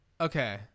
Okay